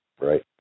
right